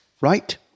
right